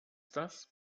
das